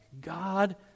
God